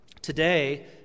Today